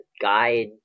guide